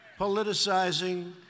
politicizing